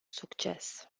succes